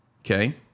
Okay